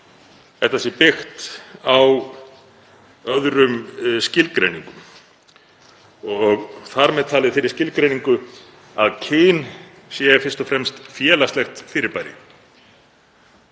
þetta sé byggt á öðrum skilgreiningum, þar með talið þeirri skilgreiningu að kyn sé fyrst og fremst félagslegt fyrirbæri.